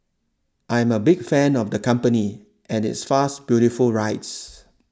I am a big fan of the company and its fast beautiful rides